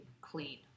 clean